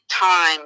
time